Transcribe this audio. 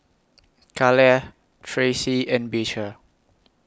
Kaleigh Tracy and Beecher